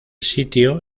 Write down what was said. sitio